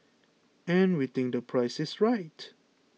and we think the price is right